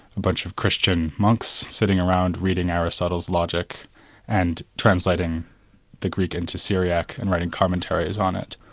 a bunch of christian monks sitting around reading aristotle's logic and translating the greek into syriac and writing commentaries on it.